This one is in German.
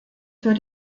für